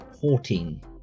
Fourteen